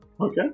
Okay